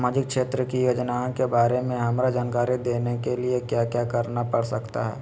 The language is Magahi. सामाजिक क्षेत्र की योजनाओं के बारे में हमरा जानकारी देने के लिए क्या क्या करना पड़ सकता है?